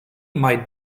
might